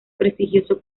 prestigioso